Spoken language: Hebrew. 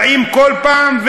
באים כל פעם,